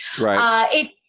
Right